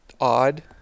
odd